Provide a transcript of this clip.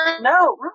no